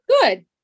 Good